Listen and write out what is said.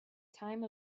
time